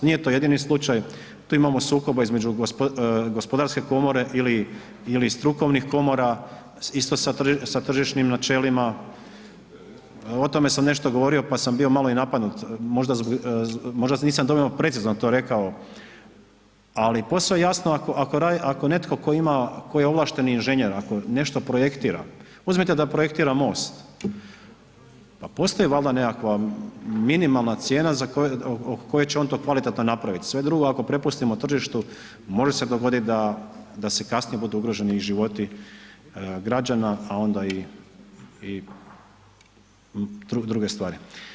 Nije to jedini slučaj, tu imamo sukoba između gospodarske komore ili strukovnih komora, isto sa tržišnim načelima, o tome sam nešto govorio pa sam bio malo i napadnut, moždan nisam dovoljno precizno to rekao ali posve je jasno ako netko tko ima, ko je ovlašteni inženjer, ako nešto projektira, uzmite da projektira most, pa postoji valjda nekakva minimalna cijena za koju će on to kvalitetno napravit, sve drugo ako prepustimo tržištu, može se dogoditi da se kasnije budu ugroženi životi građana a onda i druge stvari.